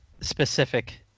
specific